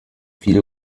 viel